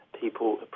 people